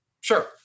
Sure